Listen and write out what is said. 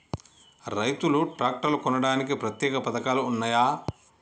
రైతులు ట్రాక్టర్లు కొనడానికి ప్రత్యేక పథకాలు ఉన్నయా?